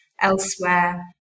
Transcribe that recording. elsewhere